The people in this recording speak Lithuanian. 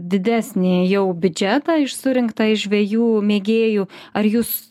didesnį jau biudžetą iš surinktą iš žvejų mėgėjų ar jūs